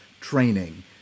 Training